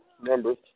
members